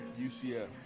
UCF